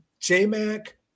J-Mac